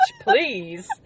please